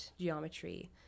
geometry